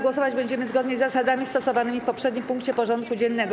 Głosować będziemy zgodnie z zasadami stosowanymi w poprzednim punkcie porządku dziennego.